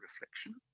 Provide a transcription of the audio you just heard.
reflection